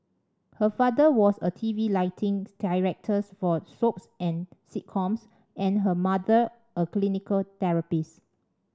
her father was a TV lighting director for soaps and sitcoms and her mother a clinical therapist